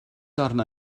arna